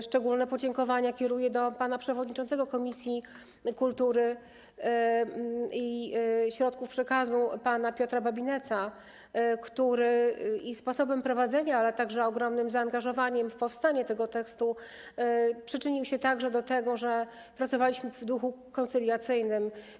Szczególne podziękowania kieruję do przewodniczącego Komisji Kultury i Środków Przekazu, pana Piotra Babinetza, który sposobem prowadzenia, ale także ogromnym zaangażowaniem w powstanie tego tekstu przyczynił się również do tego, że pracowaliśmy w duchu koncyliacyjnym.